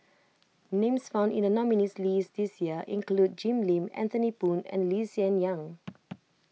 names found in the nominees' list this year include Jim Lim Anthony Poon and Lee Hsien Yang